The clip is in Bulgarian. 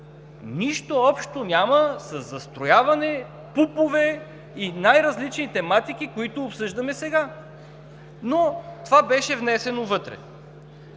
Нищо общо няма със застрояване, ПУП ове и най-различни тематики, които обсъждаме сега. Това обаче беше внесено вътре.